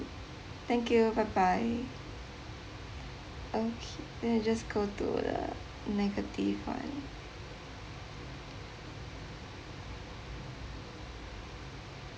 thank you bye bye okay then you just go to the negative one